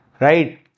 right